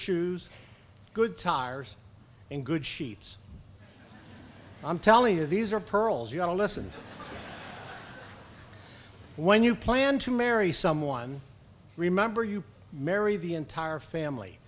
shoes good tires and good sheets i'm telling you these are pearls you don't listen when you plan to marry someone remember you marry the entire family